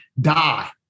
die